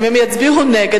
אם הם יצביעו נגד,